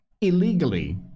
illegally